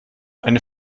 eine